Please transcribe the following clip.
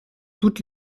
toutes